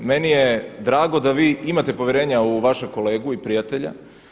Meni je drago da vi imate povjerenja u vašeg kolegu i prijatelja.